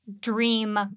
dream